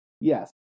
Yes